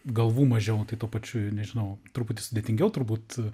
galvų mažiau tai tuo pačiu nežinau truputį sudėtingiau turbūt